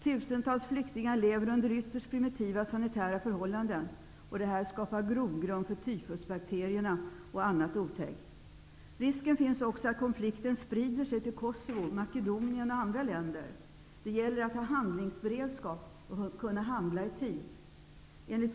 Tusentals flyktingar lever under ytterst primitiva sanitära förhållanden. Det skapar grogrund för tyfusbakterierna och annat otäckt. Risken finns också att konflikten sprider sig till Kosovo, Makedonien och andra länder. Det gäller att ha handlingsberedskap och kunna handla i tid.